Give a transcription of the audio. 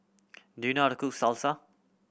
do you know how to cook Salsa